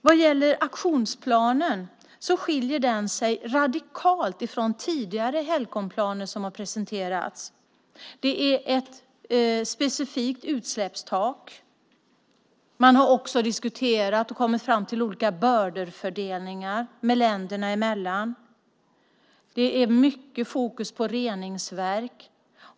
Vad gäller aktionsplanen skiljer den sig radikalt från tidigare Helcomplaner som har presenterats. Det är ett specifikt utsläppstak. Man har också diskuterat och kommit fram till olika bördefördelningar länderna emellan. Det är mycket fokus på reningsverk.